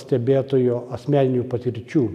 stebėtojo asmeninių patirčių